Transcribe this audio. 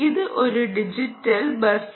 ഇത് ഒരു ഡിജിറ്റൽ ബസാണ്